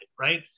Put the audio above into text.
right